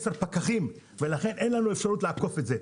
עשרה פקחים ולכן אין לנו אפשרות לאכוף את זה'.